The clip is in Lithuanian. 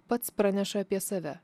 pats praneša apie save